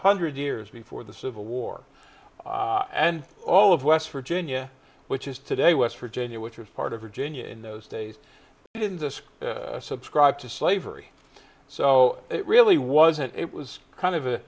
hundred years before the civil war and all of west virginia which is today west virginia which is part of virginia in those days in this subscribe to slavery so it really wasn't it was kind of